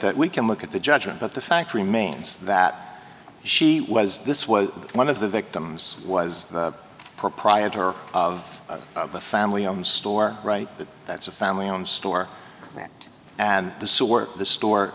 that we can look at the judgment but the fact remains that she was this was one of the victims was the proprietor of the family owned store right but that's a family owned store and the sort of the store